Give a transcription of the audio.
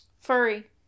furry